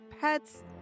pets